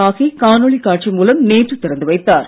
சாகி காணொலி காட்சி மூலம் நேற்று திறந்து வைத்தார்